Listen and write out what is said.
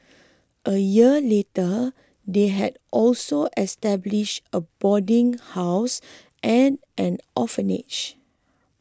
a year later they had also established a boarding house and an orphanage